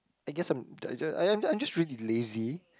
I guess I'm I just I'm I'm just really lazy